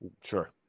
Sure